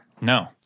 No